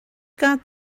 got